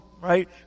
right